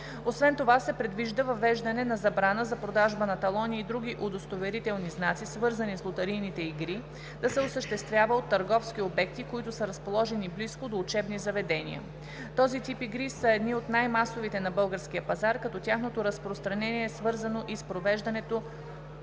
Освен това се предвижда въвеждане на забрана за продажба на талони и други удостоверителни знаци, свързани с лотарийните игри, да се осъществява от търговски обекти, които са разположени близко до учебни заведения. Този тип игри са едни от най-масовите на българския пазар, като тяхното разпространение е свързано и с провеждането